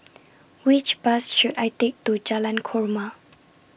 Which Bus should I Take to Jalan Korma